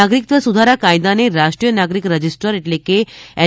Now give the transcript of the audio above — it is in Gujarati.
નાગરિક્ત્વ સુધારા કાયદાને રાષ્ટ્રીય નાગરિક રજિસ્ટર એટ઼લે કે એન